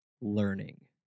learning